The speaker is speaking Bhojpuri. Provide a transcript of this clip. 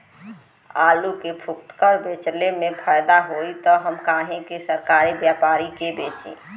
आलू के फूटकर बेंचले मे फैदा होई त हम काहे सरकारी व्यपरी के बेंचि?